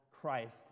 Christ